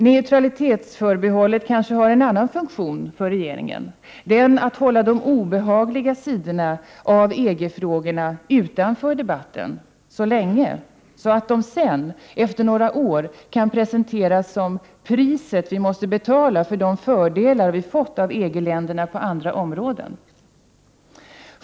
Neutralitetsförbehållet har kanske en annan funktion för regeringen, nämligen att hålla de obehagliga sidorna av EG-frågorna utanför debatten så länge, så att de sedan, om några år, kan presenteras som ”priset” som vi måste betala för de fördelar vi fått av EG-länderna på andra områden.